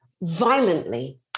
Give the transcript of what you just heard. violently